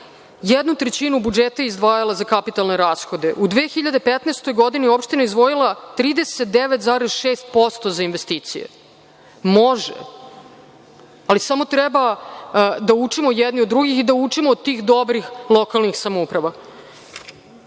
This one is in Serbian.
jednu trećinu budžeta je izdvajala za kapitalne rashode. U 2015. godini opština je izdvojila 39,6% za investicije. Može, ali samo treba da učimo jedni od drugih i da učimo od tih dobrih lokalnih samouprava. Što